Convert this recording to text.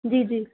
جی جی